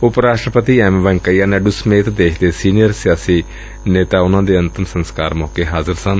ਉਪ ਰਾਸਟਰਪਤੀ ਐਮ ਵੈਂਕਈਆ ਨਾਇਡੁ ਸਮੇਤ ਦੇਸ਼ ਦੇ ਸੀਨੀਅਰ ਸਿਆਸੀ ਨੇਤਾ ਉਨ੍ਹਾਂ ਦੇ ਅੰਤਮ ਸੰਸਕਾਰ ਮੌਕੇ ਹਾਜ਼ਰ ਸਨ